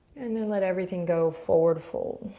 and then let everything go forward fold.